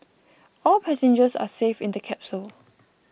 all passengers are safe in the capsule